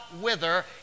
wither